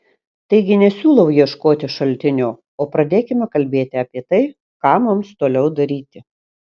taigi nesiūlau ieškoti šaltinio o pradėkime kalbėti apie tai ką mums toliau daryti